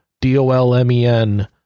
D-O-L-M-E-N